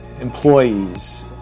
employees